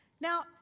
Now